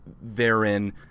therein